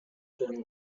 during